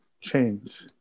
change